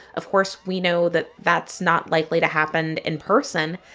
of course, we know that that's not likely to happen in person,